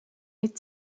mit